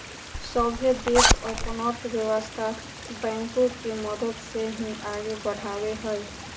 सभे देश अपन अर्थव्यवस्था बैंको के मदद से ही आगे बढ़ावो हय